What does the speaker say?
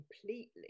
completely